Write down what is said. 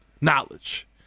Knowledge